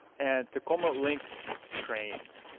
and tacoma link trains.